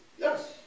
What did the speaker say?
Yes